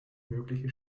mögliche